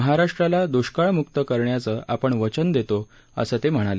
महाराष्ट्राला द्वष्काळ मुक्त करण्याचं आपण वचन देतो असं ते म्हणाले